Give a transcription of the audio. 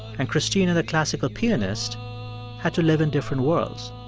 and cristina the classical pianist had to live in different worlds.